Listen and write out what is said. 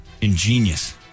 ingenious